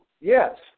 Yes